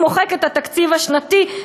הוא מוחק את התקציב השנתי,